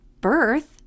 birth